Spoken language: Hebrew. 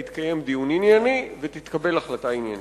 יתקיים דיון ענייני ותתקבל החלטה עניינית.